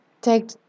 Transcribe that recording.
take